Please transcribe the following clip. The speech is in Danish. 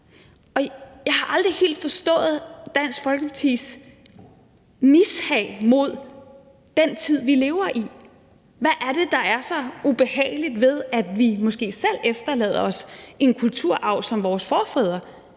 Jeg har aldrig helt forstået Dansk Folkepartis mishag mod den tid, vi lever i. Hvad er det, der er så ubehageligt ved, at vi måske selv efterlader os en kulturarv, som vores efterkommere vil